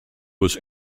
was